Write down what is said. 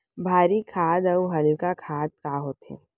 भारी खाद अऊ हल्का खाद का होथे?